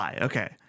Okay